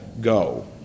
go